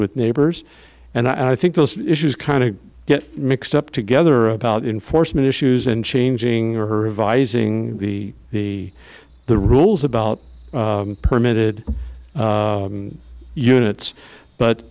with neighbors and i think those issues kind of get mixed up together about enforcement issues and changing her revising the the the rules about permitted units but